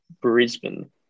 Brisbane